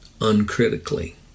uncritically